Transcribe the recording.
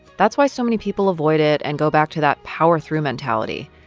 that's why so many people avoid it and go back to that power-through mentality.